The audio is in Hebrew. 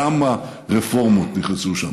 כמה רפורמות נכנסו שם.